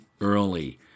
early